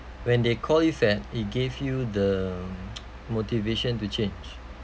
when they call you fat it gave you the motivation to change